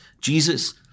Jesus